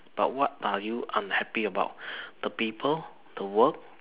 but what are you unhappy about the people the work